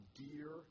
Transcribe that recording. dear